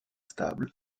stable